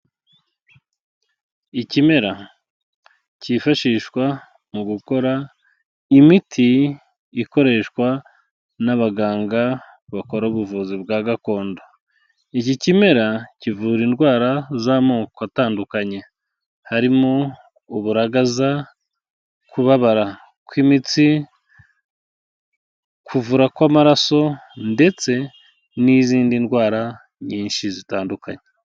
Ikimera cyifashishwa mu gukora imiti ikoreshwa n'abaganga bakora ubuvuzi bwa gakondo. Iki kimera kivura indwara z'amoko atandukanye harimo uburagaza, kubabara kw'imitsi, kuvura kw'amaraso ndetse n'izindi ndwara nyinshi zitandukanye.